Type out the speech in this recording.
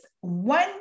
one